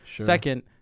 second